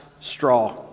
straw